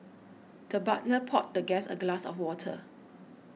the butler poured the guest a glass of water